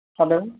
hello